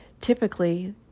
Typically